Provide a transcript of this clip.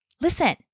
listen